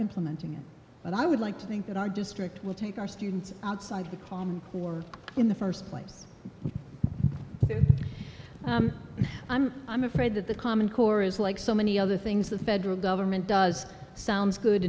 implementing it but i would like to think that our district will take our students outside the door in the first place i'm afraid that the common core is like so many other things the federal government does sounds good